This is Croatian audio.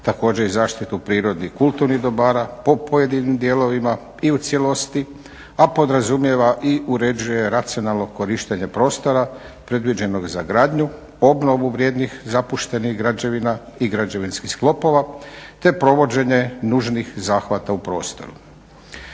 također i zaštitu prirodnih kulturnih dobara po pojedinim dijelovima i u cijelosti a podrazumijeva i uređuje racionalno korištenje prostora predviđenog za gradnju, obnovu vrijednih zapuštenih građevina i građevinskih sklopova te provođenje nužnih zahvata u prostoru.